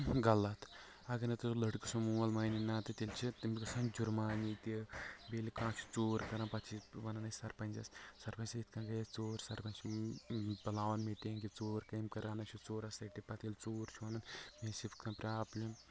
غلط اَگر نہٕ تۄہہِ لٔڑکہٕ سُنٛد مول مانہِ نَہ تہٕ تیٚلہِ چھِ تٔمِس گژھان جُرمانہٕ ییٚتہِ بیٚیہِ ییٚلہِ کانٛہہ چھِ ژوٗر کَران پَتہٕ چھِ أسۍ وَنان أسۍ سَرپنٛجَس سَرپنٛج صٲب یِتھ کَنۍ گٔے اَسہِ ژوٗر سَرپنٛج چھِ بُلاوان مِٹِنٛگ کہِ ژوٗر کٔمۍ کٔر اَنان چھِ ژوٗرَس رٔٹِتھ پَتہٕ ییٚلہِ ژوٗر چھُ وَنان مےٚ ٲسۍ پرٛابلِم